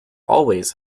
always